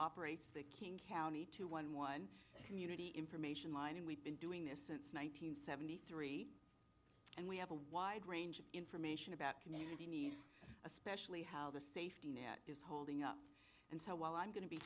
operates the king county two one one community information line and we've been doing this since one thousand nine hundred seventy three and we have a wide range of information about community especially how the safety net is holding up and so while i'm going to be